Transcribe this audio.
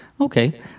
Okay